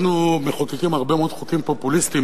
אנחנו מחוקקים הרבה מאוד חוקים פופוליסטיים,